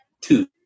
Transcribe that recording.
Two